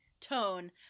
tone